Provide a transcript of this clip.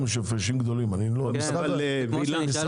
יש הפרשים גדולים --- משרד החקלאות,